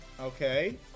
Okay